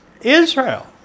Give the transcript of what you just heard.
Israel